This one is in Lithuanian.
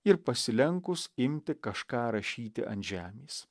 ir pasilenkus imti kažką rašyti ant žemės